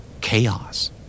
Chaos